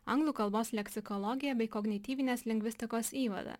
anglų kalbos leksikologiją bei kognityvinės lingvistikos įvadą